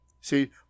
See